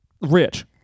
Rich